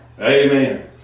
Amen